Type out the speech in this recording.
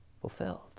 fulfilled